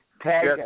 Tag